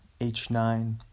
H9